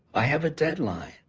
i have a deadline.